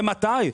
ומתי,